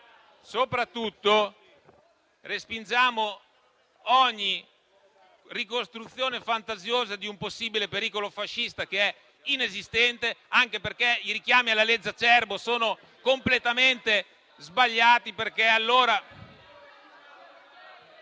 soprattutto, respingiamo ogni ricostruzione fantasiosa di un possibile pericolo fascista, che è inesistente, anche perché i richiami alla legge Acerbo sono completamente sbagliati,